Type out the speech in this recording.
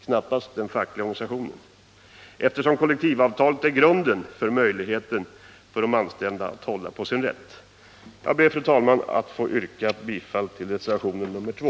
Knappast den fackliga organisationen, eftersom kollektivavtalet är grunden för de anställdas möjligheter att hålla på sin rätt! Jag ber, fru talman, att få yrka bifall till reservationen 2.